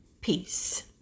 Peace